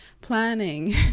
planning